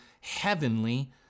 heavenly